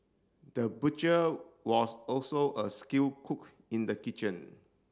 the butcher was also a skilled cook in the kitchen